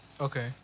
Okay